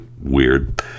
Weird